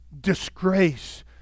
disgrace